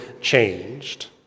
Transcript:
changed